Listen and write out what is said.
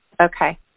Okay